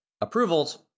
approvals